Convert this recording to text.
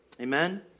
Amen